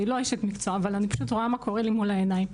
אני לא אשת מקצוע אבל אני פשוט רואה מה קורה לי מול העיניים,